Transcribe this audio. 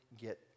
get